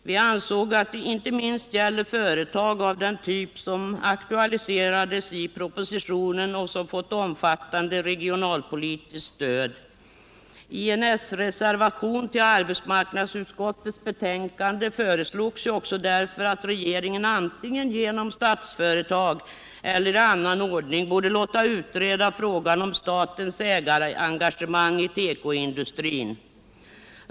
Vi ansåg att detta inte minst gällde företag av den typ som aktualiserades i propositionen och som fått omfattande regionalpolitiskt stöd. I en s-reservation till arbetsmarknadsutskottets betänkande föreslogs därför att regeringen antingen genom Statsföretag eller i annan ordning skulle låta utreda frågan om statens ägarengagemang i tekoindustrin.